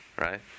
Right